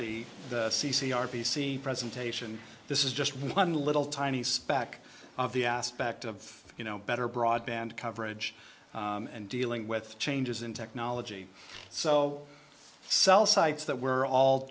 the c c r p c presentation this is just one little tiny speck of the aspect of you know better broadband coverage and dealing with changes in technology so cell sites that were all